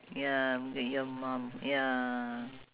ya your mum ya